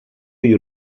you